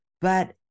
but-